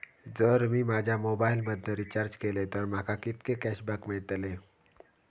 जर मी माझ्या मोबाईल मधन रिचार्ज केलय तर माका कितके कॅशबॅक मेळतले?